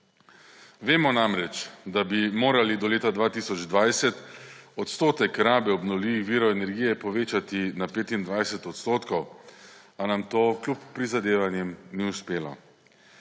Vemo namreč, da bi morali do leta 2020 odstotek rabe obnovljivih virov energije povečati na 25 %, a nam to kljub prizadevanjem ni uspelo.